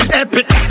epic